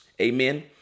Amen